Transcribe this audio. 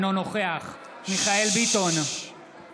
אינו נוכח מיכאל מרדכי ביטון,